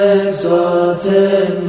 exalted